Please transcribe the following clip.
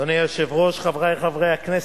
אדוני היושב-ראש, חברי חברי הכנסת,